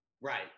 Right